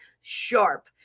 sharp